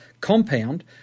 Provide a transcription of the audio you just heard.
compound